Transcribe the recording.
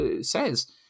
says